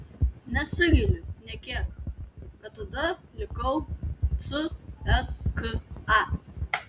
nesigailiu nė kiek kad tada likau cska